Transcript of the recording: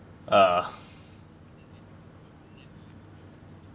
uh